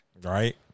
Right